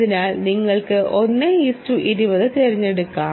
അതിനാൽ നിങ്ങൾക്ക് 120 തിരഞ്ഞെടുക്കാം